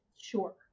sure